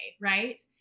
Right